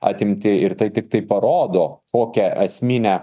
atimti ir tai tiktai parodo kokią esminę